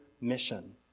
mission